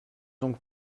donc